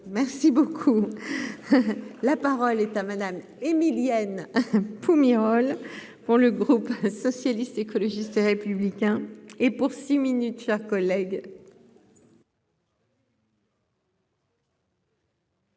merci beaucoup, la parole est à Madame Émilienne rôle pour le groupe socialiste, écologiste et républicain et pour six minutes chers collègue.